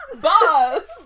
Boss